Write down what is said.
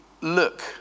look